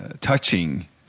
touching